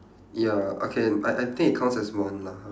ya okay I I think it counts as one lah ha